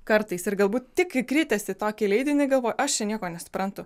kartais ir galbūt tik įkritęs į tokį leidinį galvoju aš čia nieko nesuprantu